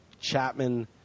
Chapman